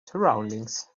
surroundings